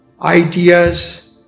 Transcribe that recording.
ideas